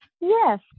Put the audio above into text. Yes